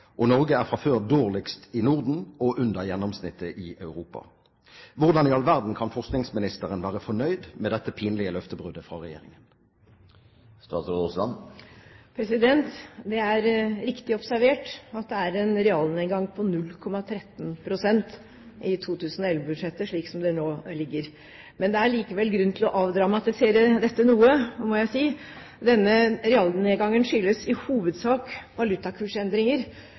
og Norge er fra før dårligst i Norden og under gjennomsnittet i Europa. Hvordan i all verden kan forskningsministeren være fornøyd med dette pinlige løftebruddet fra regjeringen? Det er riktig observert at det er en realnedgang på 0,13 pst. i 2011-budsjettet, slik det nå ligger. Det er likevel grunn til å avdramatisere dette noe, må jeg si. Denne realnedgangen skyldes i hovedsak valutakursendringer